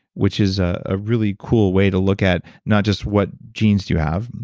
which is a ah really cool way to look at not just what genes do you have.